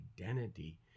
identity